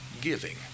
giving